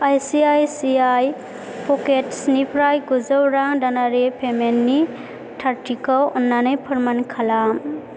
ICICI प'केट्सनिफ्राय गुजौ रां दानारि पेमेन्टनि थारथिखौ अन्नानै फोरमान खालाम